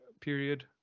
period